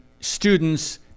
students